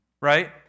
Right